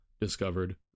discovered